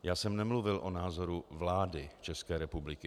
Já jsem nemluvil o názoru vlády České republiky.